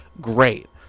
Great